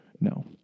no